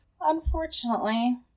unfortunately